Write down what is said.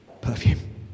Perfume